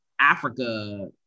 Africa